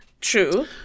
True